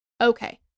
Okay